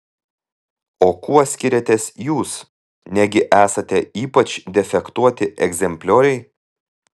o kuo skiriatės jūs negi esate ypač defektuoti egzemplioriai